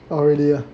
oh really ah